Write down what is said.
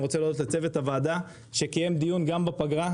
אני רוצה להודות לצוות הוועדה שקיים דיון גם בפגרה.